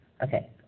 Okay